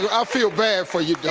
um ah feel bad for you dawg.